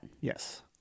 Yes